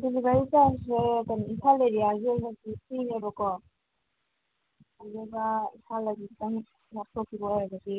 delivery ꯆꯥꯔꯖꯁꯦ ꯏꯝꯐꯥꯜ ꯑꯦꯔꯤꯌꯥꯒꯤ ꯑꯣꯏꯅꯗꯤ ꯐ꯭ꯔꯤꯅꯦꯀꯣ ꯑꯗꯨꯒ ꯏꯝꯐꯥꯜꯗꯒꯤ ꯈꯤꯇꯪ ꯂꯥꯞꯊꯣꯛꯈꯤꯕ ꯑꯣꯏꯔꯒꯗꯤ